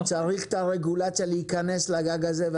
צריך את הרגולציה להיכנס לגג הזה.